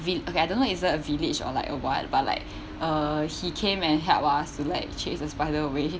vi~ okay I don't know is it a village or like a what but like uh he came and helped us to like chase the spider way